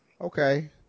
okay